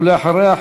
ואחריה,